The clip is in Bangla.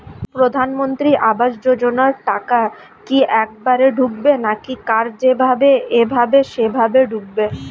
প্রধানমন্ত্রী আবাস যোজনার টাকা কি একবারে ঢুকবে নাকি কার যেভাবে এভাবে সেভাবে ঢুকবে?